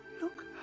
Look